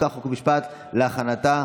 נתקבלה.